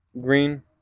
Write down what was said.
green